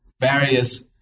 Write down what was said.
various